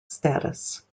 status